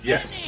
Yes